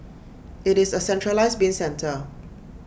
IT is A centralised bin centre